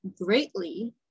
greatly